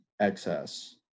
excess